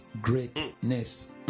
greatness